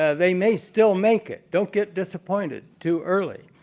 ah they may still make it, don't get disappointed too early.